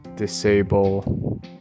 disable